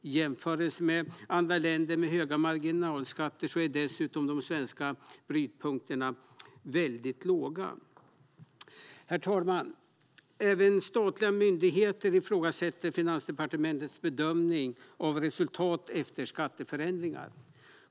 I jämförelse med andra länder med höga marginalskatter är dessutom de svenska brytpunkterna väldigt låga. Herr talman! Även statliga myndigheter ifrågasätter Finansdepartementets bedömning av resultat efter skatteförändringar.